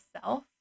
self